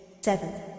seven